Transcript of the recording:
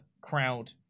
crowd